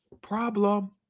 problem